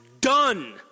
done